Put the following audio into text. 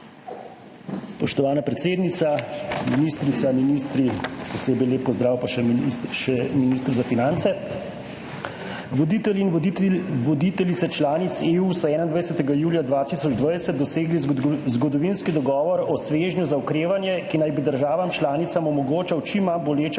Spoštovana predsednica, ministrica, ministri, posebej lep pozdrav še ministru za finance! Voditelji in voditeljice članic EU so 21. julija 2020 dosegli zgodovinski dogovor o svežnju za okrevanje, ki naj bi državam članicam omogočal čim manj boleče gospodarsko